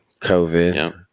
COVID